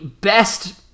best